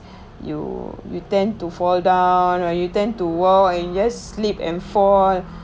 you you tend to fall down or you tend to walk and just slip and fall